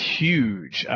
huge